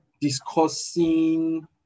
discussing